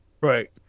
Right